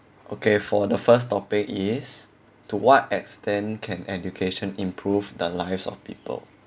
okay for the first topic is to what extent can education improve the lives of people